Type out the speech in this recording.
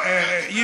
ממש לא כאילו.